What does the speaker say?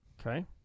Okay